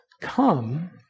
come